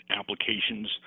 applications